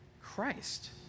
Christ